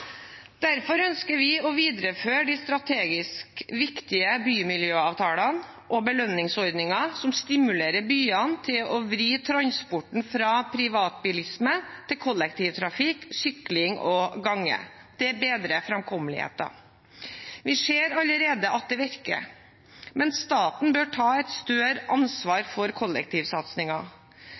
Derfor ønsker vi å videreføre de strategisk viktige bymiljøavtalene og belønningsordninger som stimulerer byene til å vri transporten fra privatbilisme til kollektivtrafikk, sykling og gange. Det bedrer framkommeligheten. Vi ser allerede at det virker, men staten bør ta et større ansvar for